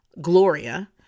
Gloria